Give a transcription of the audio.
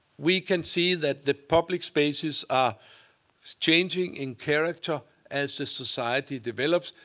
we can see that the public spaces are changing in character as the society develops,